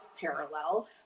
parallel